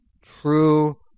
true